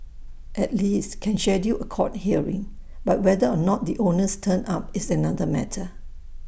at least can schedule A court hearing but whether or not the owners turn up is another matter